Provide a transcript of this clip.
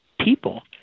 People